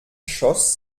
schoß